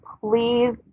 please